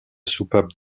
soupape